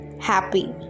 Happy